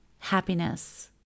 happiness